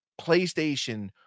PlayStation